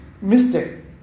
mistake